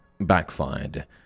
Backfired